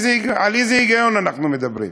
על איזה היגיון אנחנו מדברים?